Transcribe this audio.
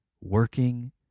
working